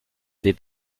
weht